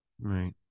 Right